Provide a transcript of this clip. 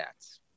stats